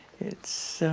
it's a